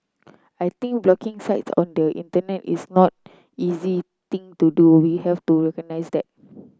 I think blocking site on the Internet is not easy thing to do we have to recognise that